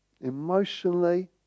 emotionally